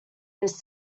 this